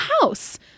house